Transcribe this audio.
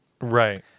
right